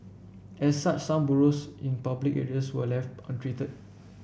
as such some burrows in public areas were left untreated